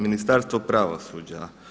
Ministarstvo pravosuđa.